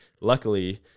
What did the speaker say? Luckily